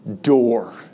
door